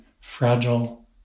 fragile